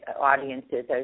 audiences